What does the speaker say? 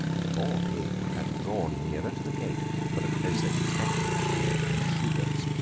the boar-pig had drawn nearer to the gate for a closer inspection of the human intruders,